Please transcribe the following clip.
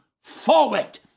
forward